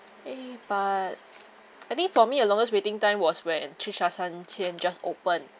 eh but I think for me the longest waiting time was when Chicha Sanchen just opened